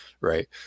right